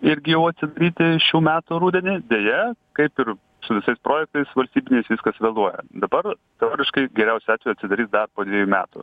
irgi jau atsidaryti šių metų rudenį deja kaip ir su visais projektais valstybiniais viskas vėluoja dabar teoriškai geriausiu atveju atsidarys dar po dvejų metų